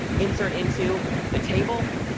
insert into the table,